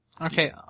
Okay